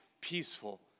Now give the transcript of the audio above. peaceful